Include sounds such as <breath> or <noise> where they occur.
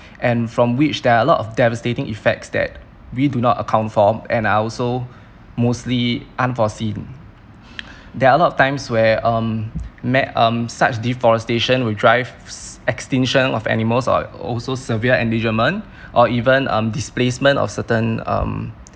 and from which there are a lot of devastating effects that we do not account for and are also mostly unforeseen <breath> there are a lot of times where um ma~ um such deforestation will drives extinction of animals or or also severe endangerment or even um displacements of certain um